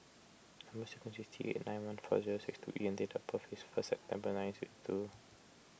Number Sequence is T eight nine one four zero six two E and date of birth is first September nineteen sixty two